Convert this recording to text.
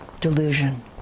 delusion